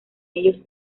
ellos